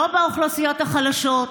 לא באוכלוסיות החלשות,